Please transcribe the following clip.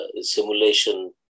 simulation